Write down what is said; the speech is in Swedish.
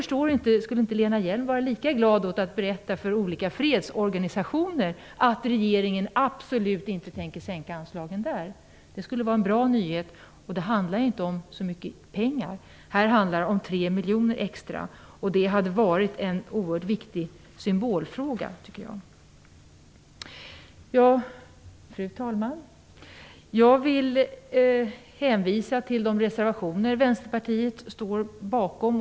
Skulle inte Lena Hjelm-Wallén vara lika glad åt att berätta för olika fredsorganisationer att regeringen absolut inte tänker sänka anslagen där? Det skulle vara en bra nyhet. Och det handlar inte om så mycket pengar. Det handlar om 3 miljoner extra här. Det hade varit en oerhört viktig symbolfråga. Fru talman! Jag vill hänvisa till de reservationer som Vänsterpartiet står bakom.